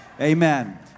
Amen